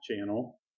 channel